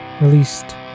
released